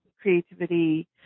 creativity